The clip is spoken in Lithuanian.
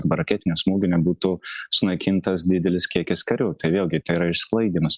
arba raketinių smūgio nebūtų sunaikintas didelis kiekis karių tai vėlgi tai yra išsklaidymas